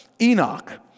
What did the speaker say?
Enoch